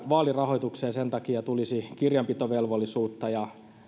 vaalirahoitukseen sen takia tulisi kirjanpitovelvollisuutta ja